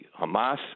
Hamas